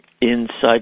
inside